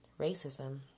racism